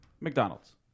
McDonald's